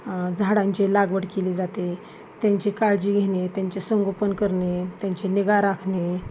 झाडांचे लागवड केली जाते त्यांची काळजी घेणे त्यांचे संगोपन करणे त्यांचे निगा राखणे